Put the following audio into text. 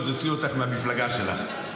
עוד יוציאו אותך מהמפלגה שלך.